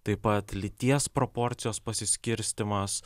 taip pat lyties proporcijos pasiskirstymas